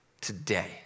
today